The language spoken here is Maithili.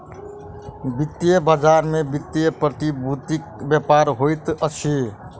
वित्तीय बजार में वित्तीय प्रतिभूतिक व्यापार होइत अछि